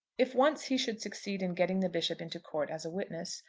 if once he should succeed in getting the bishop into court as a witness,